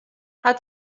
how